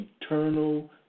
eternal